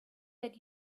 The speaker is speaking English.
had